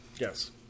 Yes